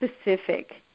specific